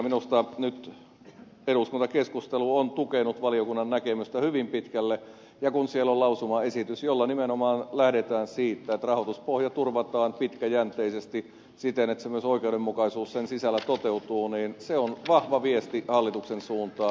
minusta nyt eduskuntakeskustelu on tukenut valiokunnan näkemystä hyvin pitkälle ja kun siellä on lausumaesitys jossa nimenomaan lähdetään siitä että rahoituspohja turvataan pitkäjänteisesti siten että myös oikeudenmukaisuus sen sisällä toteutuu niin se on vahva viesti hallituksen suuntaan